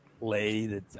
lady